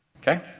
Okay